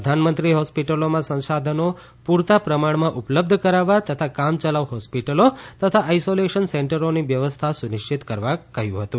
પ્રધાનમંત્રીએ હોસ્પિટલોમાં સંશાધનો પૂરતાં પ્રમાણમાં ઉપબ્ધ કરાવવા તથા કામચલાઉ હોસ્પિટલો તથા આઈસોલેશન સેન્ટરોની વ્યવસ્થા સુનિશ્ચિત કરવા કહ્યું હતું